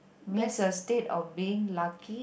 means the state of being lucky